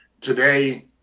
Today